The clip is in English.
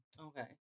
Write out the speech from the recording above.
Okay